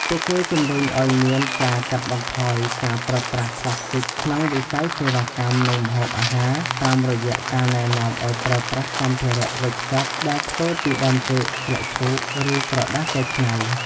ពួកគេជម្រុញឱ្យមានការកាត់បន្ថយការប្រើប្រាស់ផ្លាស្ទិកក្នុងវិស័យសេវាកម្ម និងម្ហូបអាហារ តាមរយៈការណែនាំឱ្យប្រើប្រាស់សម្ភារៈវេចខ្ចប់ដែលធ្វើពីដើមចេក ស្លឹកឈូក ឬក្រដាសកែច្នៃ។